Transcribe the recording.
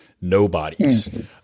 nobodies